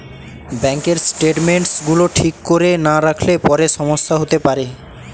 ব্যাঙ্কের স্টেটমেন্টস গুলো ঠিক করে না রাখলে পরে সমস্যা হতে পারে